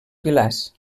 pilars